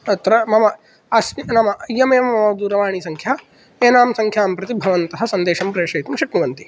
अत्र मम अस्मिन् नाम इयमेव मम दूरवाणीसंख्या एनां संख्यां प्रति भवन्तः सन्देशं प्रेषयितुं शक्नुवन्ति